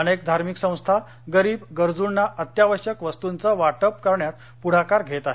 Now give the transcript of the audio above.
अनेक धार्मिक संस्था गरीब गरजुंना अत्यावश्यक वस्तुंच वाटप करण्यात पुढाकार घेत आहेत